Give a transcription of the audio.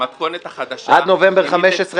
המתכונת החדשה --- עד נובמבר 2015,